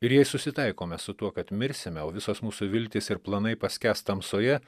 ir jei susitaikome su tuo kad mirsime o visos mūsų viltys ir planai paskęs tamsoje